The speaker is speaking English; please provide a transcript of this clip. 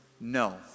no